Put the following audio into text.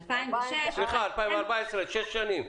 סליחה, 2014, שש שנים.